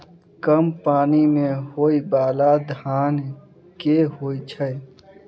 कम पानि मे होइ बाला धान केँ होइ छैय?